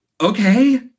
Okay